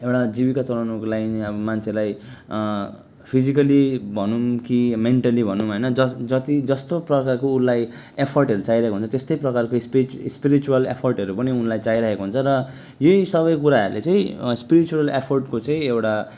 एउटा जीविका चलाउनको लागि अब मान्छेलाई फिजिकली भनौँ कि मेन्टली भनौँ होइन ज जति जस्तो प्रकारको उसलाई एफोर्टहरू चाहिरहेको हुन्छ त्यस्तै प्रकारको स्पे स्पिरिचुवेल एफोर्टहरू पनि उनलाई चाहिरहेको हुन्छ र यही सबै कुराहरूले चाहिँ स्पिरिचुवेल एफोर्टको चाहिँ एउटा